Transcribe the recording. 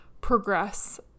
progress